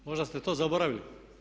Možda ste to zaboravili.